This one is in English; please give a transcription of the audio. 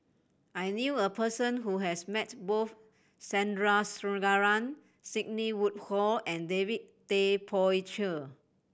I knew a person who has met both Sandrasegaran Sidney Woodhull and David Tay Poey Cher